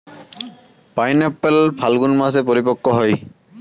pineapple ফাল্গুন মাসে পরিপক্ব হয়